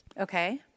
Okay